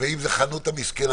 ואם זו החנות המסכנה,